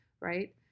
right